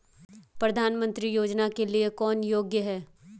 प्रधानमंत्री योजना के लिए कौन योग्य है?